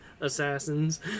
Assassins